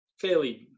fairly